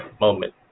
moment